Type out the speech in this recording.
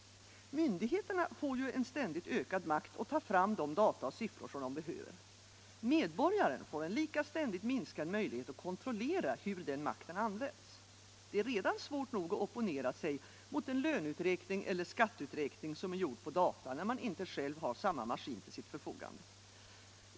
Myndigheterna får en ständigt ökad makt att ta fram de data och siffror som de önskar och behöver; medborgaren får en lika ständigt minskad möjlighet att kontrollera hur den makten används. Det är redan svårt nog att opponera sig mot en löneuträkning eller en skatteuträkning som är gjord med data när man inte själv har samma maskin till sitt förfogande.